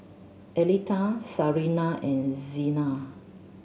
Aletha Sarina and Xena